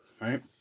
right